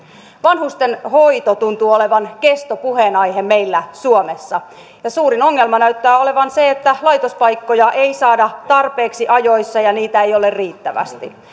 vanhustenhoito tuntuu olevan kestopuheenaihe meillä suomessa ja suurin ongelma näyttää olevan se että laitospaikkoja ei saada tarpeeksi ajoissa ja niitä ei ole riittävästi